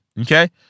okay